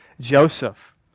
Joseph